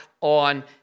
on